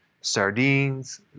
sardines